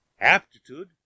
Aptitude